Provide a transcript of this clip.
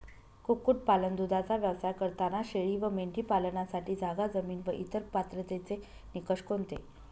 कुक्कुटपालन, दूधाचा व्यवसाय करताना शेळी व मेंढी पालनासाठी जागा, जमीन व इतर पात्रतेचे निकष कोणते?